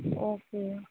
okay